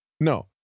No